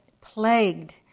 plagued